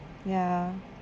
ya